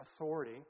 authority